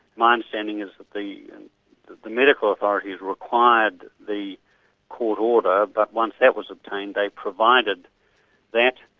my understanding is that the that the medical authorities required the court order, but once that was obtained they provided that,